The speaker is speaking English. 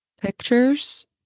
pictures